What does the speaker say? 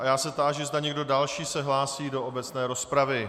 Já se táži, zda někdo další se hlásí do obecné rozpravy.